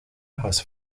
has